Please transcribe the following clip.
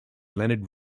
leonard